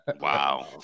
Wow